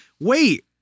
wait